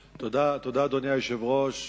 שלו, שתשובה והצבעה לגביה יהיו במועד מאוחר יותר.